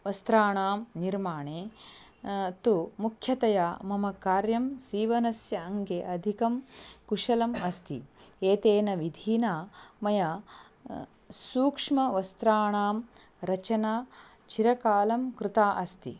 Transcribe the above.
वस्त्राणां निर्माणे तु मुख्यतया मम कार्यं सीवनस्य अङ्गे अधिकं कुशलम् अस्ति एतेन विधिना मया सूक्ष्मवस्त्राणां रचना चिरकालं कृता अस्ति